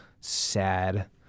sad